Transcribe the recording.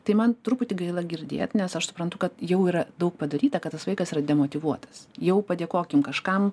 tai man truputį gaila girdėt nes aš suprantu kad jau yra daug padaryta kad tas vaikas yra demotyvuotas jau padėkokim kažkam